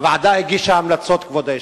הוועדה הגישה המלצות, כבוד היושב-ראש.